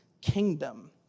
kingdom